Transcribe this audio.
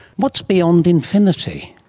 what's beyond infinity?